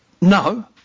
no